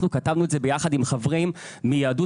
כתבנו את זה ביחד עם חברים מיהדות